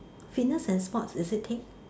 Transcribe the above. fitness and sports is it take